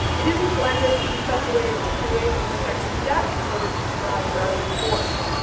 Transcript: it isn't blended in such a way as to create an effect of depth or to describe rounded forms.